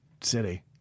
City